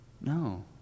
No